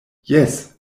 jes